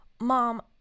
Mom